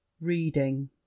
reading